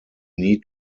need